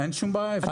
אין שום בעיה.